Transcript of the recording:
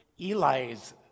Eli's